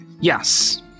yes